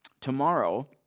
tomorrow